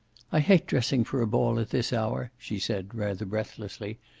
i hate dressing for a ball at this hour, she said, rather breathlessly.